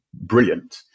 brilliant